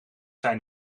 zijn